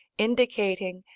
indicating,